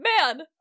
man